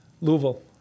Louisville